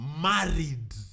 Married